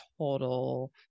total